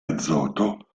azoto